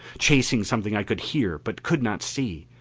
chasing something i could hear, but could not see.